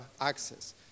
access